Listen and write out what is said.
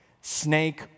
Snake